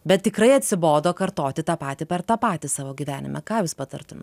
bet tikrai atsibodo kartoti tą patį per tą patį savo gyvenime ką jūs patartume